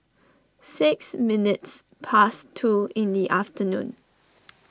six minutes past two in the afternoon